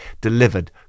delivered